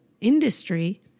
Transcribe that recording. industry